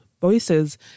voices